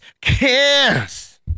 kiss